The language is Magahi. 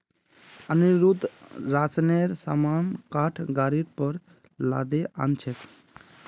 अनिरुद्ध राशनेर सामान काठ गाड़ीर पर लादे आ न छेक